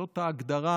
זאת ההגדרה